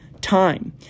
time